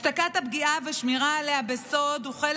השתקת הפגיעה ושמירה עליה בסוד הן חלק